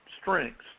strengths